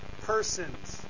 persons